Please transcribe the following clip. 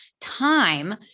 time